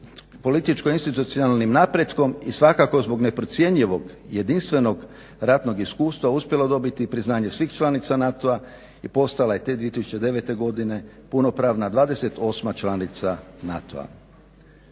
političko-institucionalnim napretkom i svakako zbog neprocjenjivog jedinstvenog ratnog iskustva uspjela dobiti priznanje svih članica NATO-a i postala je te 2009. godine punopravna 28. članica NATO-a,